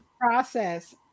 process